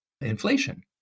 inflation